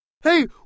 Hey